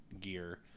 gear